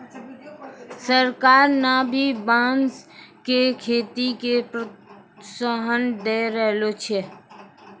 सरकार न भी बांस के खेती के प्रोत्साहन दै रहलो छै